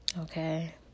okay